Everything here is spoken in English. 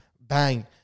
Bang